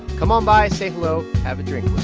come on by, say hello, have a drink